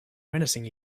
menacing